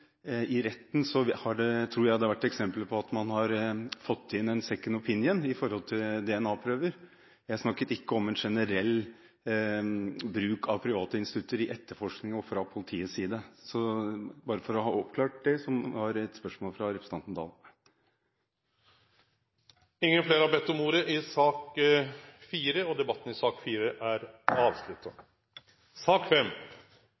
i retten har fått inn en «second opinion» i forhold til DNA-prøver. Jeg snakket ikke om en generell bruk av private institutter i etterforskning og fra politiets side – bare for å ha oppklart det, som var et spørsmål fra representanten Oktay Dahl. Fleire har ikkje bedt om ordet til sak nr. 4. Etter ønske frå justiskomiteen vil presidenten foreslå at taletida blir avgrensa til 40 minutt og